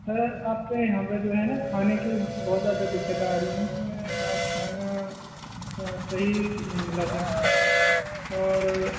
آپ کے یہاں پہ جو ہے نا کھانے کی بہت زیادہ دقت آ رہی ہیں اس میں آپ کھانا صحیح نہیں ملا تھا اور